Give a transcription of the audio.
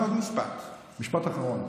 משפט אחרון.